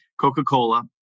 Coca-Cola